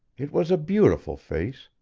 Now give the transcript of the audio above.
it was a beautiful face.